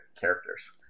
characters